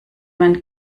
man